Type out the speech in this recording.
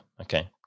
okay